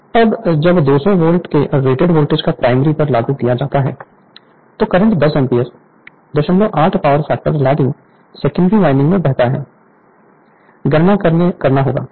Refer Slide Time 2749 अब जब 200 volt के रेटेड वोल्टेज को प्राइमरी पर लागू किया जाता है तो current 10 ampere 08 power factor lagging secondary winding में बहता है गणना करना होगा